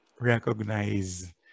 recognize